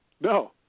no